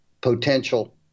potential